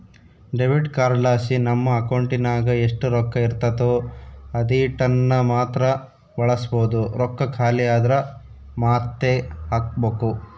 debit ಕಾರ್ಡ್ಲಾಸಿ ನಮ್ ಅಕೌಂಟಿನಾಗ ಎಷ್ಟು ರೊಕ್ಕ ಇರ್ತತೋ ಅದೀಟನ್ನಮಾತ್ರ ಬಳಸ್ಬೋದು, ರೊಕ್ಕ ಖಾಲಿ ಆದ್ರ ಮಾತ್ತೆ ಹಾಕ್ಬಕು